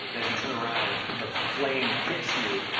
and as you turn around, the flame hits you,